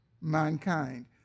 mankind